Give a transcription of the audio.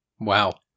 Wow